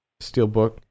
Steelbook